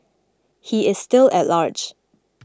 he is still at large